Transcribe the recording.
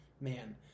man